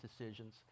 decisions